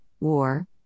War